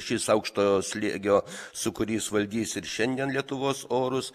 šis aukšto slėgio sūkurys valdys ir šiandien lietuvos orus